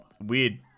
weird